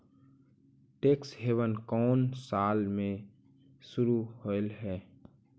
Tax haven कउन साल में शुरू होलई हे?